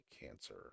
Cancer